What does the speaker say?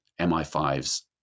MI5's